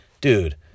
dude